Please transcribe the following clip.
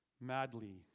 madly